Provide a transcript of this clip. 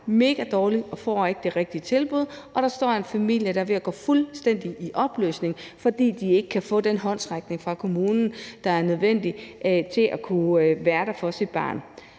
megadårligt og ikke får det rigtige tilbud, og der står en familie, der er ved at gå fuldstændig i opløsning, fordi de ikke kan få den håndsrækning fra kommunen, der er nødvendig for at kunne være der for deres barn.